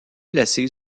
placée